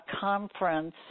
conference